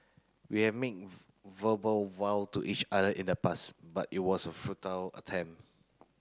we have made verbal vow to each other in the past but it was a futile attempt